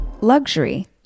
Luxury